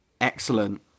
excellent